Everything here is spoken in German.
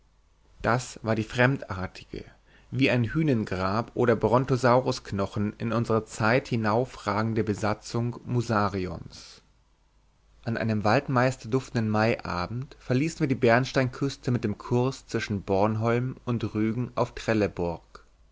das war die fremdartige wie ein hünengrab oder brontosaurosknochen in unsere zeit hinaufragende besatzung musarions an einem waldmeisterduftenden maiabend verließen wir die bernsteinküste mit dem kurs zwischen bornholm und rügen auf trelleborg